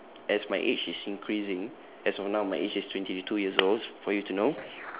as my age is increasing as of now my age is twenty two years old for you to know